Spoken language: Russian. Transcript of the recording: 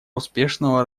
успешного